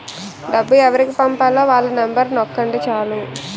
డబ్బు ఎవరికి పంపాలో వాళ్ళ నెంబరు నొక్కండి చాలు